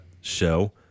show